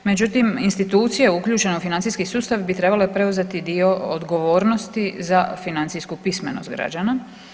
Međutim, institucije uključene u financijski sustav bi trebale preuzeti dio odgovornosti za financijsku pismenost građana.